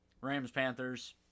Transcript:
Rams-Panthers